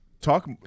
Talk